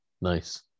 nice